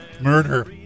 murder